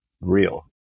real